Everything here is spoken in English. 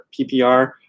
PPR